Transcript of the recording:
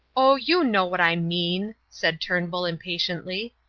oh, you know what i mean, said turnbull, impatiently.